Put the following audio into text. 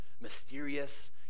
mysterious